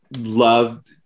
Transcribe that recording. loved